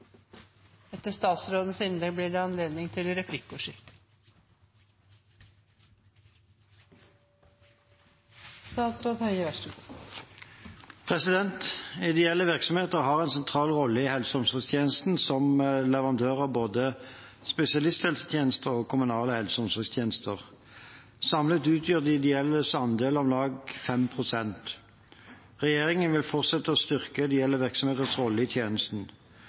Ideelle virksomheter har en sentral rolle i helse- og omsorgstjenesten som leverandører av både spesialisthelsetjenester og kommunale helse- og omsorgstjenester. Samlet utgjør de ideelles andel om lag 5 pst. Regjeringen vil fortsette å styrke ideelle virksomheters rolle i tjenesten.